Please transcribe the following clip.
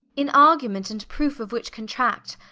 in argument and proofe of which contract,